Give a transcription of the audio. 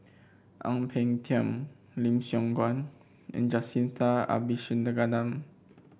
Ang Peng Tiam Lim Siong Guan and Jacintha Abisheganaden